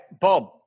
Bob